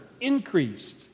increased